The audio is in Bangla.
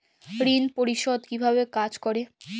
ঋণ পরিশোধ কিভাবে কাজ করে?